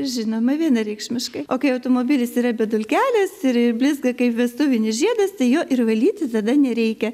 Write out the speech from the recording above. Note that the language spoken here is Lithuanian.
žinoma vienareikšmiškai o kai automobilis yra be dulkelės ir blizga kaip vestuvinis žiedas tai jo ir valyti tada nereikia